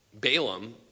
Balaam